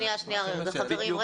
חברים,